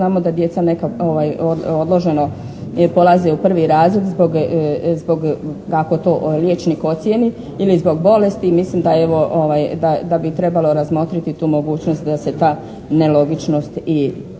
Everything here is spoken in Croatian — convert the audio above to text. Znamo da djeca neka odloženo polaze u prvi razred zbog kako to liječnik ocijeni ili zbog bolesti i mislim da evo da bi trebalo razmotri tu mogućnost da se ta nelogičnost i